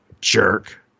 jerk